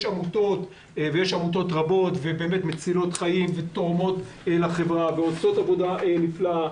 עמותות רבות שהן מצילות חיים ותורמות לחברה ועושות עבודה נפלאה